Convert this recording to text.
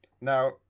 Now